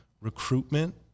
recruitment